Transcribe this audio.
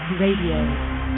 Radio